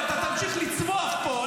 ואתה תמשיך לצווח פה,